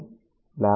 01λ అని అనుకుందాం